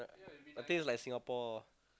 I think is like Singapore ah